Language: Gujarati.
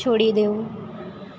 છોડી દેવું